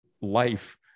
life